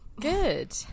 good